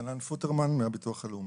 אני מהביטוח הלאומי.